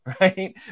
right